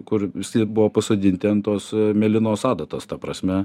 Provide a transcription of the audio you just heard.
kur visi buvo pasodinti ant tos mėlynos adatos ta prasme